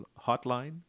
hotline